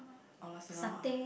oh nasi-lemak ah